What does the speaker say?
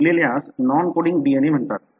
उरलेल्याला non coding DNA म्हणतात